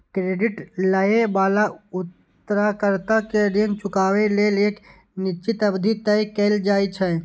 credit लए बला उधारकर्ता कें ऋण चुकाबै लेल एक निश्चित अवधि तय कैल जाइ छै